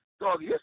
Dog